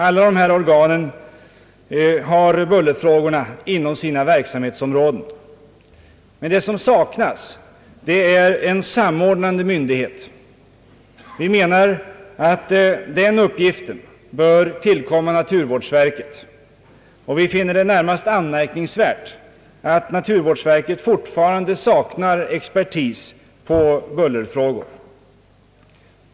Alla dessa organ har bullerfrågorna inom sina verksamhets områden. Vad som saknas är en samordnande myndighet. Denna uppgift bör enligt vår åsikt tillkomma naturvårdsverket, och vi finner det närmast anmärkningsvärt att naturvårdsverket fortfarande saknar expertis på bullerfrågor.